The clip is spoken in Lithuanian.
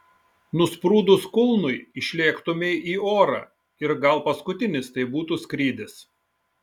nusprūdus kulnui išlėktumei į orą ir gal paskutinis tai būtų skrydis